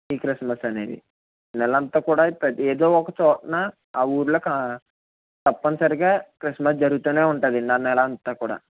ఈ క్రిస్మస్ అనేది నెల అంతా కూడా ప్రతి ఏదో ఒక చోటన ఆ ఊరిలో కా తప్పనిసరిగా క్రిస్మస్ జరుగుతూనే ఉంటది ఆ నెల అంతా కూడా